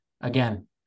again